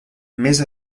més